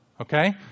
Okay